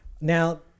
now